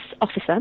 officer